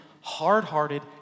hard-hearted